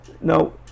no